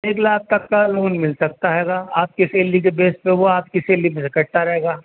ایک لاکھ تک کا لون مل سکتا ہے گا آپ کی سیلری کے بیس پہ وہ آپ کی سیلری میں سےکٹتا رہے گا